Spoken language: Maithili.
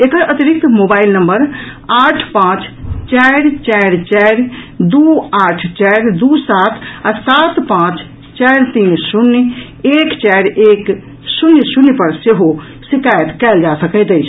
एकर अतिरिक्त मोबाईल नम्बर आठ पांच चारि चारि चारि दू आठ चारि दू सात आ सात पांच चारि तीन शून्य एक चारि एक शून्य शून्य पर सेहो शिकायत कयल जा सकैत अछि